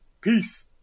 Peace